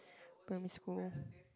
primary school